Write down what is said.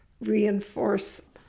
reinforce